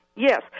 Yes